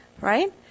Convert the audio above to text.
right